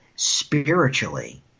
spiritually